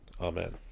Amen